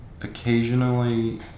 occasionally